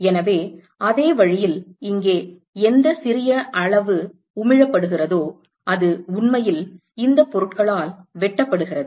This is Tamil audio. எனவே அதே வழியில் இங்கே எந்த சிறிய அளவு உமிழப்படுகிறதோ அது உண்மையில் இந்த பொருட்களால் வெட்டப்படுகிறது